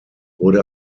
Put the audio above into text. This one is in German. wurde